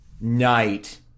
Night